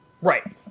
Right